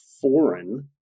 foreign